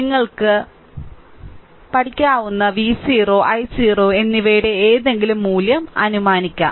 നിങ്ങൾക്ക് V0 i0 എന്നിവയുടെ ഏതെങ്കിലും മൂല്യം അനുമാനിക്കാം